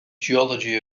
geology